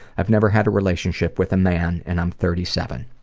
i've never had a relationship with a man and i'm thirty seven.